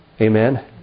Amen